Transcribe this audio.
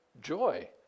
Joy